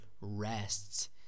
rests